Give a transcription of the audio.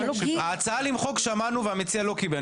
ההצעה למחוק שמענו, והמציע לא קיבל.